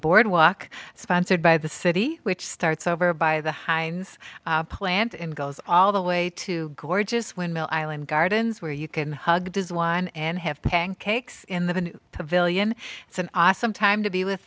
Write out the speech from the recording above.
boardwalk sponsored by the city which starts over by the heinz plant and goes all the way to gorgeous windmill island gardens where you can hug his wine and have pancakes in the pavilion it's an awesome time to be with